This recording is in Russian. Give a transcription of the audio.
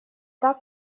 так